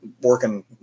working